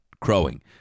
crowing